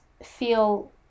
feel